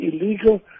illegal